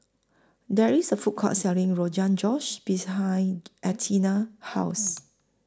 There IS A Food Court Selling Rogan Josh behind Athena's House